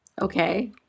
Okay